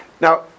Now